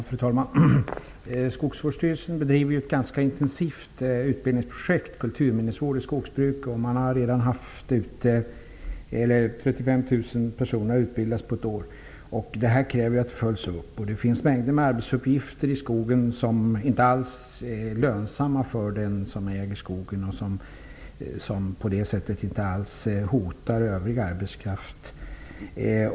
Fru talman! Skogsvårdsstyrelsen bedriver ett ganska intensivt utbildningsprojekt vad gäller kulturminnesvård i skogsbruk. 35 000 personer har utbildats på ett år. Vi kräver att detta projekt följs upp. Det finns mängder med arbetsuppgifter i skogen som inte alls är lönsamma för den som äger skogen och som på det sättet inte alls hotar övrig arbetskraft.